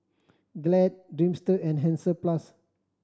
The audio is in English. Glad Dreamster and Hansaplast